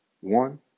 One